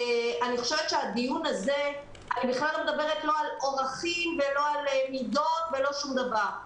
אני לא מדברת על אורכים או על מידות או על שום דבר כזה.